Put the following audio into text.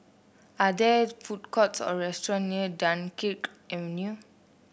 are there food courts or restaurants near Dunkirk Avenue